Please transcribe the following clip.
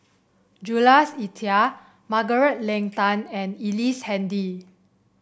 Jules Itier Margaret Leng Tan and Ellice Handy